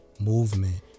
Movement